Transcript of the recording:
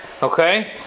Okay